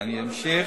אני אמשיך.